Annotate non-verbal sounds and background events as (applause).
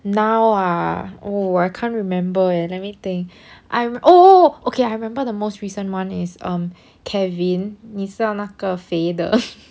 now ah oh I can't remember eh let me think I'm oh oh oh okay I remember the most recent month is um kevin 你知道那个肥的 (laughs)